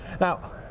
Now